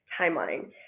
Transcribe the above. timeline